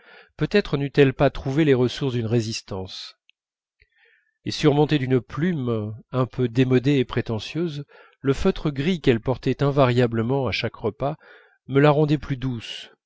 peut-être n'eût-elle pas trouvé les ressources d'une résistance et surmonté d'une plume un peu démodée et prétentieuse le feutre gris qu'elle portait invariablement à chaque repas me la rendait plus douce